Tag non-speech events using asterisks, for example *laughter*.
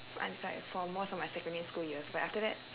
*noise* like for most of my secondary school years but after that